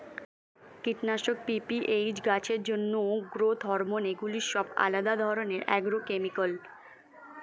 কীটনাশক, পি.পি.এইচ, গাছের জন্য গ্রোথ হরমোন এগুলি সব আলাদা ধরণের অ্যাগ্রোকেমিক্যাল